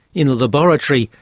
in a laboratory,